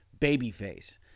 Babyface